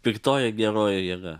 piktoji geroji jėga